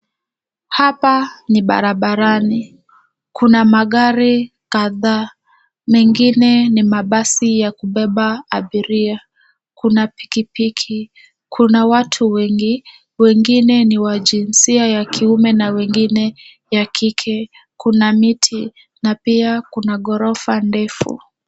Hapa ni barabarani. Kuna magari kadhaa , mengine ni mabasi ya kubeba abiria. Kuna pikipiki. Kuna watu wengi , wengine ni wa jinsia ya kiume na wengine ni wa kike. Kuna miti na pia kuna ghorofa ndefu.